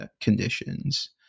conditions